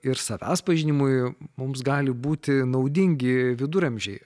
ir savęs pažinimui mums gali būti naudingi viduramžiai